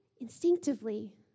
instinctively